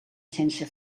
sense